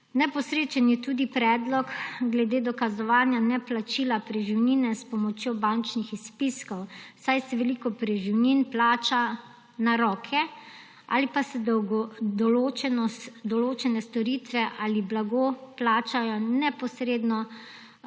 Neposrečen je tudi predlog glede dokazovanja neplačila preživnine s pomočjo bančnih izpiskov, saj se veliko preživnin plača na roke ali pa se določene storitve ali blago plačajo neposredno,